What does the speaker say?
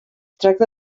tracta